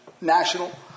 national